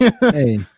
Hey